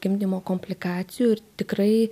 gimdymo komplikacijų ir tikrai